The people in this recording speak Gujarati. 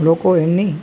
લોકો એમની